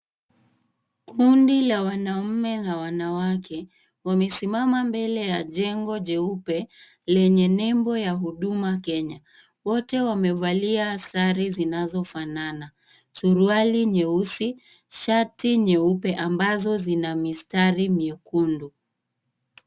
Kundi la wanaume na wanawake, wamesimama mbele ya jengo jeupe, lenye nembo ya Huduma Kenya. Wote wamevalia sare zinazofanana. Suruali nyeusi, shati nyeupe ambazo zina mistari myekundu.